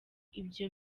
ibyo